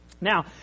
Now